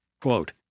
Quote